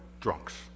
drunks